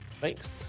thanks